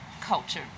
culture